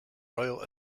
royal